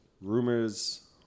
rumors